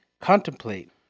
contemplate